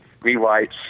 rewrites